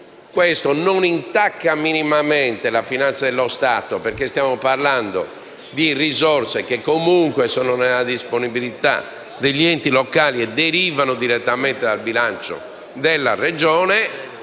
merito non si intacca minimamente la finanza dello Stato, perché stiamo parlando di risorse che sono comunque nella disponibilità degli enti locali e che derivano direttamente dal bilancio della Regione.